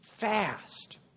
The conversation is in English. Fast